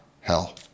hell